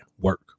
work